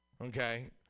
Okay